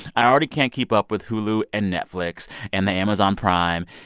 i already can't keep up with hulu and netflix and the amazon prime.